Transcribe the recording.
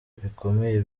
bikomeye